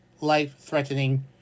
life-threatening